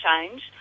change